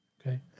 Okay